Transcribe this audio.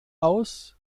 aus